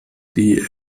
die